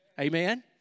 amen